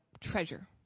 treasure